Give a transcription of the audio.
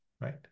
Right